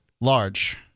Large